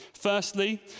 Firstly